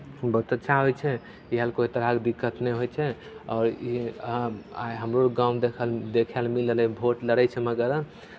बहुत अच्छा होइ छै इएह लए कोइ तरहके दिक्कत नहि होइ छै आओर ई हमरो गाँवमे देखल देखय लए मिल रहलै भोट लड़ै छै मगर